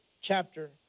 chapter